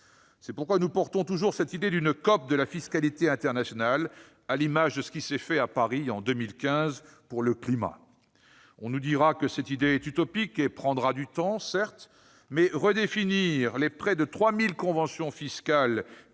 C'est pourquoi nous défendons toujours l'idée d'organiser une COP de la fiscalité internationale, à l'image de ce qui s'est fait à Paris en 2015 pour le climat. On nous dira que cette idée est utopique ; sa mise en oeuvre prendrait du temps, certes, mais redéfinir les quelque 3 000 conventions fiscales